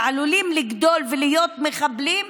שעלולים לגדול ולהיות מחבלים,